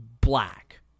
black